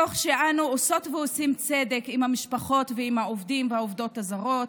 תוך שאנו עושות ועושים צדק עם המשפחות ועם העובדים והעובדות הזרות